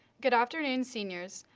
good afternoon, seniors.